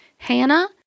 Hannah